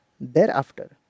Thereafter